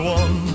one